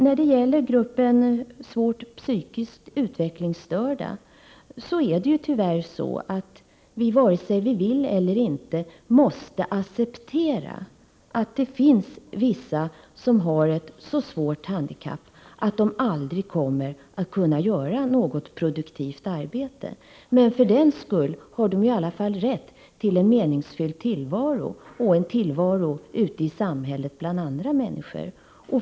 När det gäller gruppen svårt psykiskt utvecklingsstörda är det tyvärr så att vi — vare sig vi vill det eller inte — måste acceptera att det finns vissa som har ett så svårt handikapp att de aldrig kommer att kunna göra något produktivt arbete. Men för den skull har de i alla fall rätt till en meningsfylld tillvaro och en tillvaro ute i samhället bland andra människor.